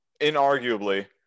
inarguably